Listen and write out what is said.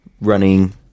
running